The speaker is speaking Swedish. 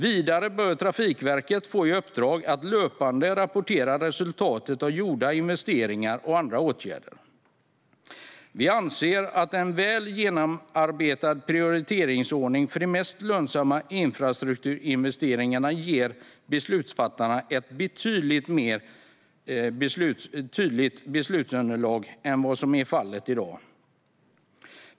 Vidare bör Trafikverket få i uppdrag att löpande rapportera resultatet av gjorda investeringar och andra åtgärder. Vi anser att en väl genomarbetad prioriteringsordning för de mest lönsamma infrastrukturinvesteringarna ger beslutsfattarna ett betydligt tydligare beslutsunderlag än vad som är fallet i dag.